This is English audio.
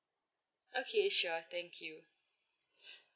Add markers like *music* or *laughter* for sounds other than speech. okay sure thank you *noise*